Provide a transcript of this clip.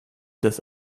des